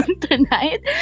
tonight